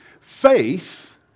faith